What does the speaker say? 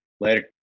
Later